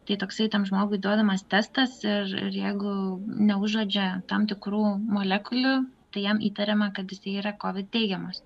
tai toksai tam žmogui duodamas testas ir ir jeigu neužuodžia tam tikrų molekulių tai jam įtariama kad jis yra kovid teigiamas